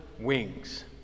Wings